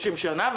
30 שנה,